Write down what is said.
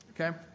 Okay